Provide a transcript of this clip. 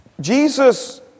Jesus